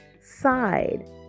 side